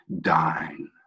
dine